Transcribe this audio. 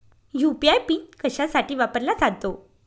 UPI PIN कशासाठी वापरला जातो?